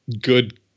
good